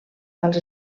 als